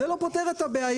זה לא פותר את הבעיה.